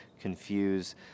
confuse